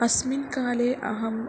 अस्मिन् काले अहं